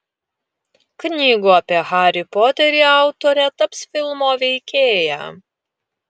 knygų apie harį poterį autorė taps filmo veikėja